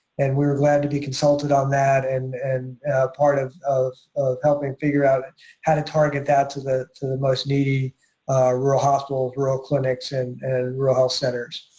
and we were glad to be consulted on that and and part of of helping figure out how to target that to the to the most needy rural hospitals, rural clinics and and rural health centers.